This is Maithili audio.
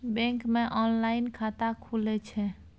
बैंक मे ऑनलाइन खाता खुले छै?